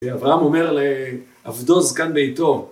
אברהם אומר לעבדו זקן ביתו